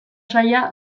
saila